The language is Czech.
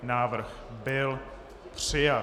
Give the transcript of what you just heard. Návrh byl přijat.